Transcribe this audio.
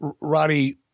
Roddy